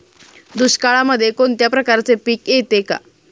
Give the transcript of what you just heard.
दुष्काळामध्ये कोणत्या प्रकारचे पीक येते का?